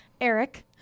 Eric